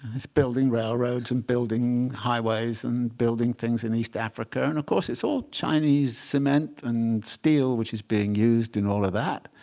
it's building railroads and building highways and building things in east africa. and of course, it's all chinese cement and steel which is being used in all of that,